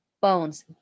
bones